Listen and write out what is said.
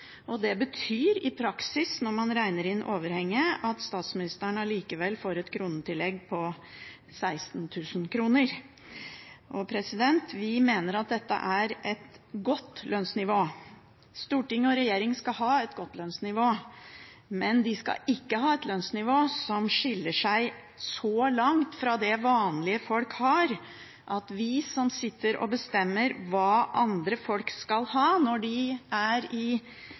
og det betyr i praksis, når man regner inn overhenget, at statsministeren allikevel får et kronetillegg på 16 000. Vi mener at dette er et godt lønnsnivå. Storting og regjering skal ha et godt lønnsnivå, men de skal ikke ha et lønnsnivå som skiller seg langt fra det vanlige folk har. Vi sitter og bestemmer hva andre folk skal ha når de er i